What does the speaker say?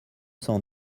cent